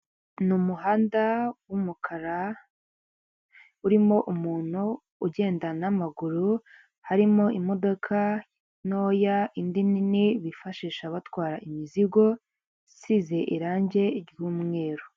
Ni umuhanda w'umukara urimo umuntu ugenda n'amaguru harimo imodoka ntoya indi nini bifashisha batwara imizigo isize irangi ry'umweru.